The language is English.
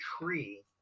tree